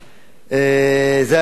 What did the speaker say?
זה היה ברור.